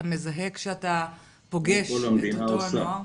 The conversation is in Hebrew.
אתה מזהה כשאתה פוגש את אותו הנוער?